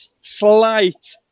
slight